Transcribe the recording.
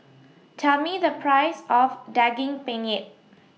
Tell Me The Price of Daging Penyet